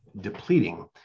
depleting